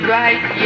right